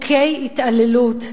חוקי התעללות.